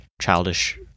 childish